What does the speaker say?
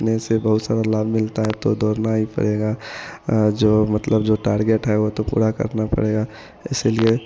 ने से बहुत सारा लाभ मिलता है तो दौड़ना ही पड़ेगा जो मतलब जो टारगेट है वह तो पूरा करना पड़ेगा इसीलिए